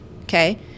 okay